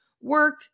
work